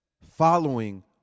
Following